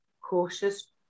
cautious